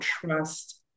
trust